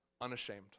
Unashamed